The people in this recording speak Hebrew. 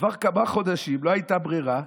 עברו כמה חודשים, לא הייתה ברירה,